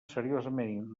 seriosament